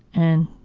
and,